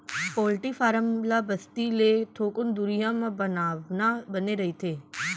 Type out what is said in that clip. poultry farm ल बस्ती ले थोकन दुरिहा म बनवाना बने रहिथे